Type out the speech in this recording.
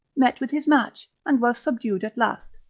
met with his match, and was subdued at last,